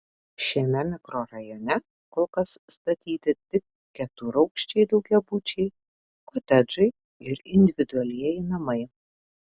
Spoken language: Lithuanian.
šiame mikrorajone kol kas statyti tik keturaukščiai daugiabučiai kotedžai ir individualieji namai